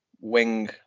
wing